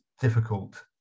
difficult